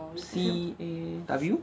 C A W